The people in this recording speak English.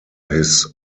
his